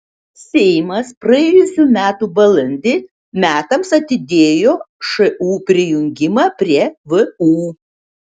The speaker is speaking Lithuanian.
seimas praėjusių metų balandį metams atidėjo šu prijungimą prie vu